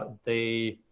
they